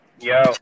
Yo